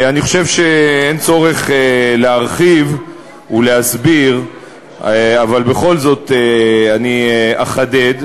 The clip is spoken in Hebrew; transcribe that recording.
אני חושב שאין צורך להרחיב ולהסביר אבל בכל זאת אני אחדד,